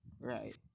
Right